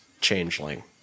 Changeling